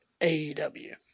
AEW